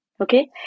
Okay